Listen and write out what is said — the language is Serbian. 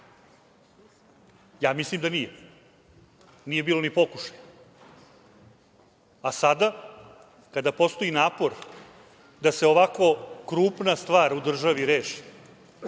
Mislim da nije. Nije bilo ni pokušaja. A sada, kada postoji napor da se ovako krupna stvar u državi reši,